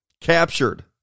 captured